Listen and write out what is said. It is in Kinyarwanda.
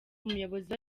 umuyobozi